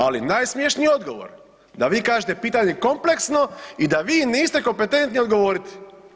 Ali najsmješniji je odgovor da vi kažete pitanje je kompleksno i da vi niste kompetentni odgovoriti.